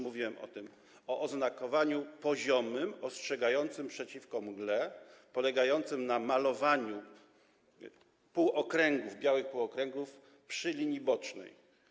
Mówiłem o tym, o oznakowaniu poziomym ostrzegającym, przeciwko mgle, polegającym na malowaniu półokręgów, białych półokręgów przy linii bocznej.